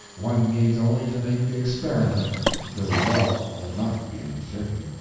one needs only to make the experiment the result will not be uncertain.